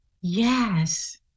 Yes